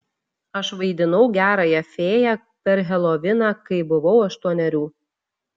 aš vaidinau gerąją fėją per heloviną kai buvau aštuonerių